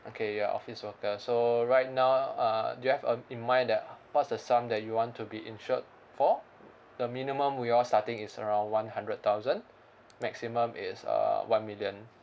okay you are office worker so right now uh do you have a in mind that what's the sum that you want to be insured for the minimum we all starting is around one hundred thousand maximum is uh one million